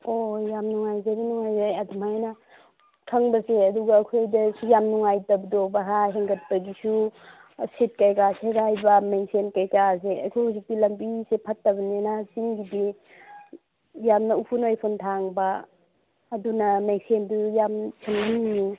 ꯑꯣ ꯌꯥꯝ ꯅꯨꯡꯉꯥꯏꯖꯔꯦ ꯅꯨꯡꯉꯥꯏꯖꯔꯦ ꯑꯗꯨꯃꯥꯏꯅ ꯈꯪꯕꯁꯦ ꯑꯗꯨꯒ ꯑꯩꯈꯣꯏꯗꯁꯨ ꯌꯥꯝ ꯅꯨꯡꯉꯥꯏꯇꯕꯗꯣ ꯚꯔꯥ ꯍꯦꯟꯒꯠꯄꯒꯤꯁꯨ ꯁꯤꯠ ꯀꯩꯀꯥ ꯁꯦꯒꯥꯏꯕ ꯃꯤꯡꯁꯦꯜ ꯀꯩꯀꯥꯁꯦ ꯑꯩꯈꯣꯏ ꯍꯨꯖꯤꯛꯇꯤ ꯂꯝꯕꯤꯁꯦ ꯐꯠꯇꯕꯅꯤꯅ ꯆꯤꯡꯒꯤꯗꯤ ꯌꯥꯝ ꯎꯐꯨꯜ ꯋꯥꯏꯐꯨꯟ ꯊꯥꯡꯕ ꯑꯗꯨꯅ ꯃꯤꯡꯁꯦꯟꯗꯨ ꯌꯥꯝ ꯁꯦꯝꯍꯟꯅꯤꯡꯏ